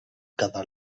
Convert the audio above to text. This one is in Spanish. cada